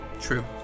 True